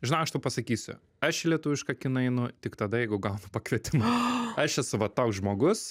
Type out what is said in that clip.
žinai aš tau pasakysiu aš į lietuvišką kiną einu tik tada jeigu gaunu pakvietimą aš esu va toks žmogus